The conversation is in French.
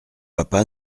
papa